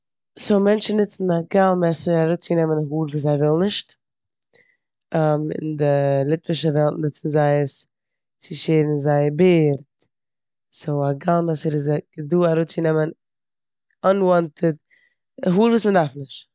סאו מענטשן נוצן א גאל-מעסער אראפצונעמען האר וואס זיי ווילן נישט. אין די ליטווישע וועלט נוצן זיי עס צו שערן זייער בערד. סאו א גאל- מעסער איז דא אראפצינעמען אנוואנטעד- האר וואס מ'דארף נישט.